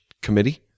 committee